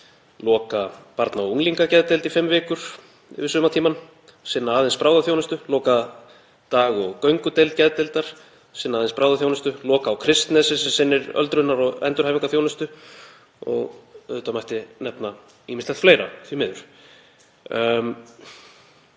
loka barna- og unglingageðdeild í fimm vikur yfir sumartímann, sinna aðeins bráðaþjónustu, loka dag- og göngudeild geðdeildar, sinna aðeins bráðaþjónustu, loka á Kristnesi sem sinnir öldrunar- og endurhæfingarþjónustu og auðvitað mætti nefna ýmislegt fleira, því miður.